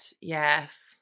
yes